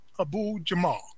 Abu-Jamal